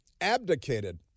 abdicated